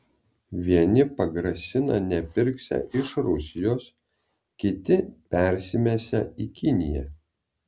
vieni pagrasina nepirksią iš rusijos kiti persimesią į kiniją